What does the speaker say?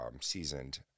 seasoned